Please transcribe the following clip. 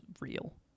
real